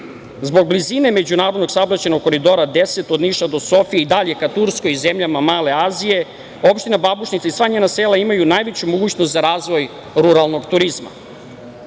Zbog blizine međunarodnog saobraćajnog Koridora 10 od Niša do Sofije i dalje ka Turskoj i zemljama Male Azije Opština Babušnica i sva njena sela imaju najveću mogućnost za razvoj ruralnog